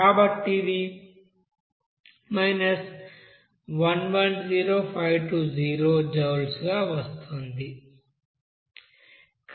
కాబట్టి ఇది 110520 జౌల్స్ గా వస్తోంది